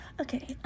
Okay